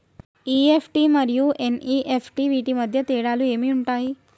EFT మరియు NEFT వీటి మధ్య తేడాలు ఏమి ఉంటాయి?